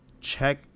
check